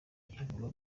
ivuga